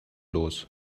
los